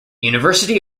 university